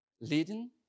Leading